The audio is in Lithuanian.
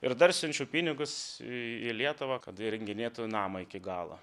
ir dar siunčiau pinigus į į lietuvą kad įrenginėtų namą iki galo